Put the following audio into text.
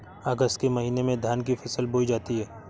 अगस्त के महीने में धान की फसल बोई जाती हैं